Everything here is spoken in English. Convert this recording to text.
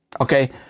okay